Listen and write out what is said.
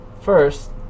First